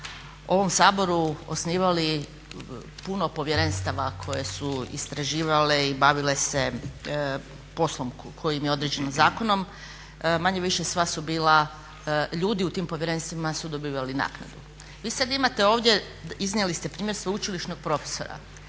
ovom Saboru osnivali puno povjerenstava koje su istraživale i bavile se poslom koji im je određeno zakonom. Manje-više sva su bila, ljudi u tim povjerenstvima su dobivali naknadu. Vi sad imate ovdje, iznijeli ste primjer sveučilišnog profesora.